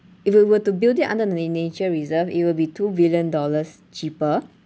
if we were to build it under the na~ nature reserve it will be two billion dollars cheaper